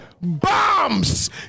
bombs